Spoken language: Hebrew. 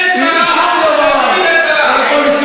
זה הצתה של אש בהר.